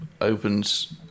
opens